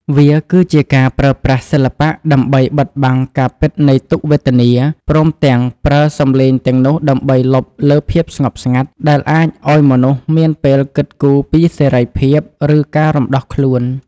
វាគឺជាការប្រើប្រាស់សិល្បៈដើម្បីបិទបាំងការពិតនៃទុក្ខវេទនា ព្រមទាំងប្រើសម្លេងទាំងនោះដើម្បីលុបលើភាពស្ងប់ស្ងាត់ ដែលអាចឱ្យមនុស្សមានពេលគិតគូរពីសេរីភាព ឬការរំដោះខ្លួន។